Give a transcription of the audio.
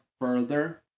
further